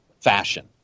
fashion